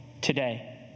today